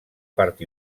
part